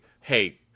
hey